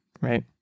right